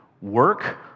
work